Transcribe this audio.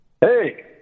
Hey